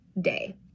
day